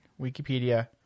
Wikipedia